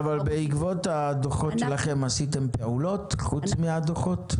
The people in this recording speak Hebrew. בעקבות הדוחות שלכם עשיתם פעולות חוץ מהדוחות?